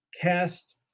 cast